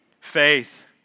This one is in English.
faith